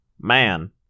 Man